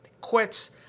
quits